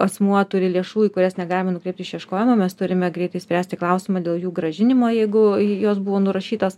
asmuo turi lėšų į kurias negalima nukreipti išieškojimo mes turime greitai spręsti klausimą dėl jų grąžinimo jeigu jos buvo nurašytos